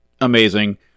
amazing